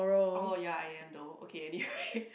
oh ya I am though okay anyway